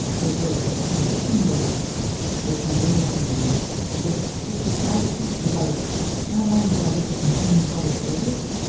it was a position that was presented to me that just excited me because not only do i get to continue public service,